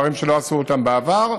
דברים שלא עשו אותם בעבר,